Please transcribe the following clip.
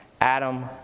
Adam